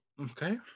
Okay